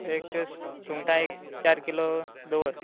एक सुंगटा एक चार किलो दवर